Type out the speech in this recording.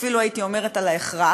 אפילו הייתי אומרת ההכרח,